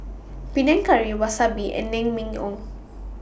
Panang Curry Wasabi and Naengmyeon